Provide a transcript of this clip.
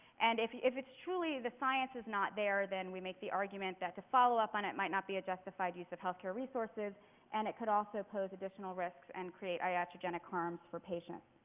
and if it's truly the science is not there, then we make the argument that to follow up on it might not be a justified use of health care resources and it could also pose additional risks and create iatrogenic harm for patients.